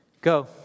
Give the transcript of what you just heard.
Go